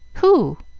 who?